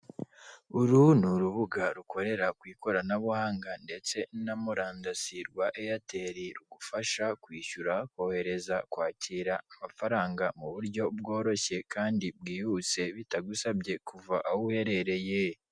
Uru ni urubuga rukorera ku ikoranabuhanga ndetse na murandasi rwa Eyateri rugufasha kwishyura, kohereza, kwakira amafaranga mu buryo bworoshye kandi bwihuse bitagusabye kuva aho uherereye.